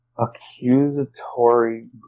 accusatory